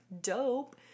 dope